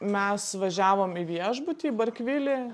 mes važiavom į viešbutį barkvilį